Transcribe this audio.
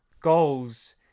goals